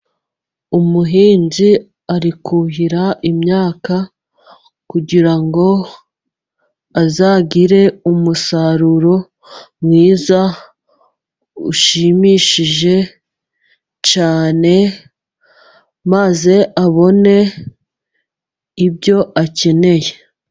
Umuhinzi ari kuhira imyaka, kugira ngo azagire umusaruro mwiza, ushimishije cyane maze abone ibyo akeneye.